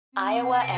Iowa